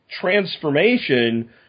transformation